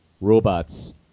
robots